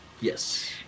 Yes